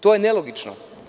To je nelogično.